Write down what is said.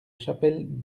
chapelle